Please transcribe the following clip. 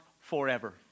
forever